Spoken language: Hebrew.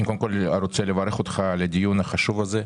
אני קודם כל רוצה לברך אותך על הדיון החשוב הזה,